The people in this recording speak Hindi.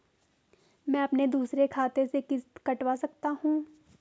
मैं अपने दूसरे खाते से किश्त कटवा सकता हूँ?